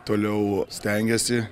toliau stengiasi